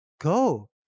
Go